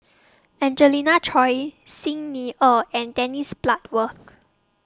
Angelina Choy Xi Ni Er and Dennis Bloodworth